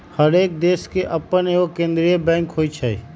हरेक देश के अप्पन एगो केंद्रीय बैंक होइ छइ